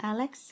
Alex